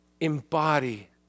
Embody